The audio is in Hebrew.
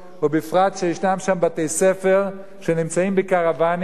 ובפרט שישנם בתי-ספר שנמצאים בקרוונים,